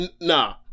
Nah